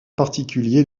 particulier